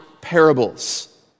parables